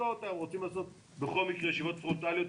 רוצים לעשות בכל מקרה ישיבות פרונטליות,